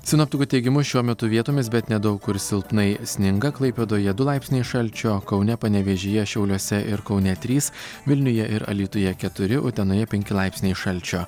sinoptikų teigimu šiuo metu vietomis bet nedaug kur silpnai sninga klaipėdoje du laipsniai šalčio kaune panevėžyje šiauliuose ir kaune trys vilniuje ir alytuje keturi utenoje penki laipsniai šalčio